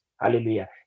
Hallelujah